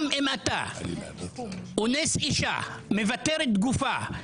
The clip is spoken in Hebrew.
גם אם אתה אונס אישה, מבתר את גופתה,